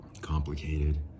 complicated